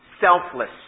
selfless